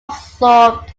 absorbed